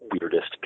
weirdest